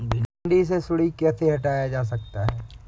भिंडी से सुंडी कैसे हटाया जा सकता है?